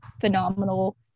phenomenal